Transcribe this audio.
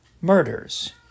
murders